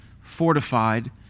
fortified